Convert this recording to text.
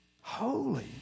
Holy